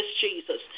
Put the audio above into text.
jesus